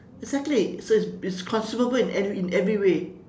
exactly it's a it's consumable in any in every every way